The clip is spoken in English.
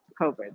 COVID